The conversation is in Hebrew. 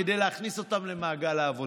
כדי להכניס אותם למעגל העבודה.